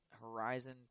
Horizon